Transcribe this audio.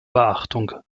beachtung